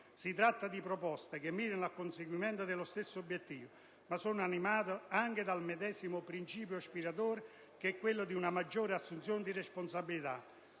Si tratta di proposte che mirano al conseguimento dello stesso obiettivo, ma sono animate anche dal medesimo principio ispiratore, che è quello di una maggiore assunzione di responsabilità